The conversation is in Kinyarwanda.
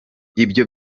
ibyo